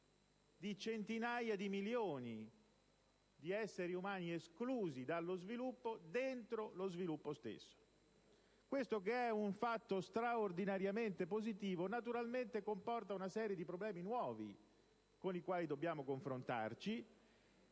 di centinaia di milioni di esseri umani, già esclusi dallo sviluppo, dentro lo sviluppo stesso. Questo, che di per sé è un fatto straordinariamente positivo, naturalmente comporta una serie di problemi nuovi, con i quali dobbiamo confrontarci,